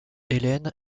ellen